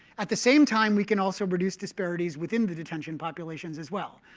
at the same time, we can also reduce disparities within the detention populations as well.